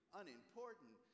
unimportant